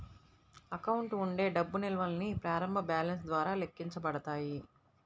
account ఉండే డబ్బు నిల్వల్ని ప్రారంభ బ్యాలెన్స్ ద్వారా లెక్కించబడతాయి